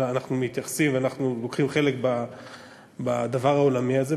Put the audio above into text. אנחנו מתייחסים ואנחנו לוקחים חלק בדבר העולמי הזה,